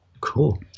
cool